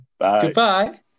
Goodbye